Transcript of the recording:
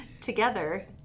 Together